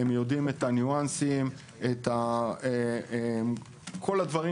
הם יודעים את הניואנסים ואת כל הדברים